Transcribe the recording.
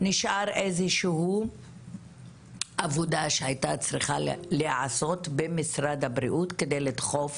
נשאר איזה שהוא עבודה שהייתה צריכה להיעשות במשרד הבריאות כדי לדחוף